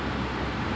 seh jokes jokes